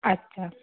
अच्छा